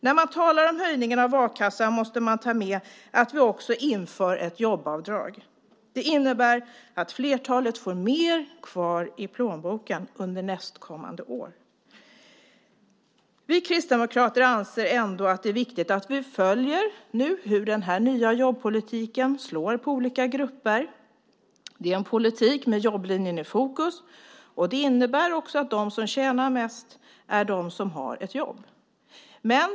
När man talar om höjningen av a-kassan måste man ta med att vi också inför ett jobbavdrag. Det innebär att flertalet får mer kvar i plånboken under nästkommande år. Vi kristdemokrater anser ändå att det är viktigt att vi nu följer hur den nya jobbpolitiken slår mot olika grupper. Det är en politik med jobblinjen i fokus. Det innebär att de som tjänar mest på den är de som har ett jobb.